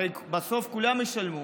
הרי בסוף כולם ישלמו,